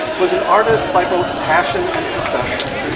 was an artist by both passion and profession,